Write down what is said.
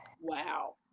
Wow